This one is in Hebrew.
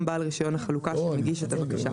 בעל רישיון החלוקה שמגיש את הבקשה.